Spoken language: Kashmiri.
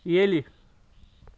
ییٚلہِ